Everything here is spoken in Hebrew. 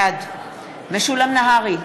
בעד משולם נהרי,